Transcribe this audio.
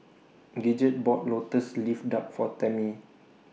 Gidget bought Lotus Leaf Duck For Tammi